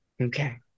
Okay